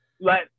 let